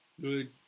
good